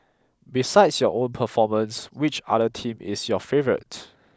besides your own performance which other team is your favourite